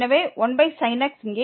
எனவே 1sin x இங்கே